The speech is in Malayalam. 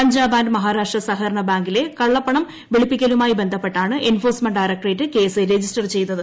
പഞ്ചാബ് ആൻഡ് മഹാരാഷ്ട്ര സഹകരണ ബാങ്കിലെ കള്ളപ്പണം വെളുപ്പിക്കലുമായി ബന്ധപ്പെട്ടാണ് എൻഫോഴ്സ്മെന്റ് ഡയറക്ടറേറ്റ് കേസ് രജിസ്റ്റർ ചെയ്തത്